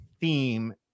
theme